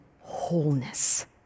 wholeness